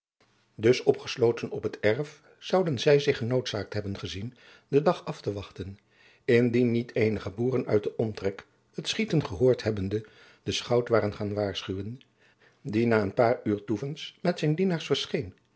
dus opgesloten op het erf zouden zij zich genoodzaakt hebben gezien den dag af te wachten indien niet eenige boeren uit den omtrek het schieten gehoord hebbende den schout waren gaan waarschuwen die na een paar uren toevens met zijn dienaars verscheen